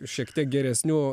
šiek tiek geresnių